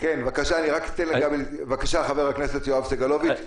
בבקשה, חבר הכנסת יואב סגלוביץ'.